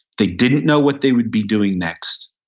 they didn't know what they would be doing next.